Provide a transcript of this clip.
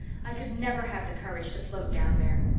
i could never have the courage to float down there.